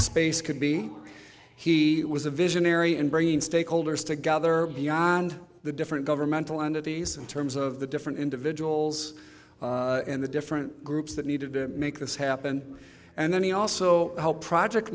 space could be he was a visionary in bringing stakeholders together beyond the different governmental entities in terms of the different individuals and the different groups that needed to make this happen and then he also helped project